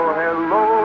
hello